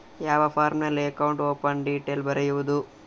ಯಾವ ಫಾರ್ಮಿನಲ್ಲಿ account open detail ಬರೆಯುವುದು?